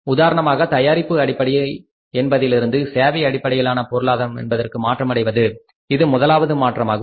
உதாரணமாக தயாரிப்பு அடிப்படை என்பதிலிருந்து சேவை அடிப்படையிலான பொருளாதாரம் என்பதற்கு மாற்றம் அடைவது இது முதலாவது மாற்றமாகும்